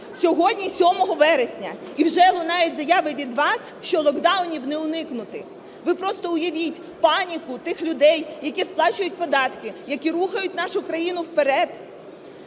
Сьогодні 7 вересня і вже лунають заяви від вас, що локдаунів не уникнути. Ви просто уявіть паніку тих людей, які сплачують податки, які рухають нашу країну вперед,